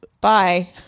bye